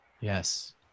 yes